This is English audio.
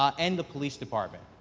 um and the police department.